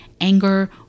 anger